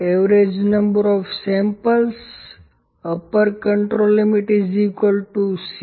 L C સેમ્પલની average સંખ્યા U